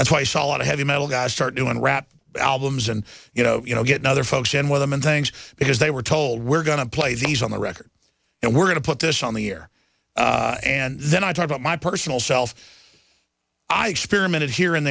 that's why i saw a lot of heavy metal guys start doing rap albums and you know you know getting other folks in with them and things because they were told we're going to play these on the record and we're going to put this on the air and then i talk about my personal self i experimented here and